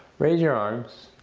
raise your arms.